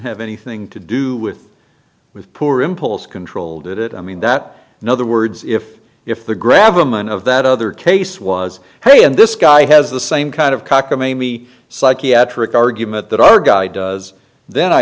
have anything to do with with poor impulse control did it i mean that no other words if if the grab a man of that other case was he and this guy has the same kind of cock or maybe psychiatric argument that our guy does then i